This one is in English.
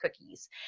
cookies